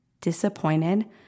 Disappointed